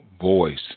voice